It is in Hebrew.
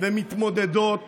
ומתמודדות